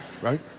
right